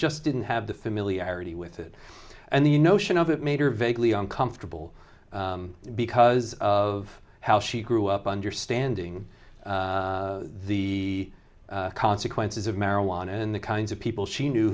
just didn't have the familiarity with it and the u notion of it made her vaguely uncomfortable because of how she grew up understanding the consequences of marijuana and the kinds of people she